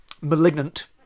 Malignant